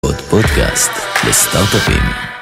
עוד פודקאסט לסטארט-אפים.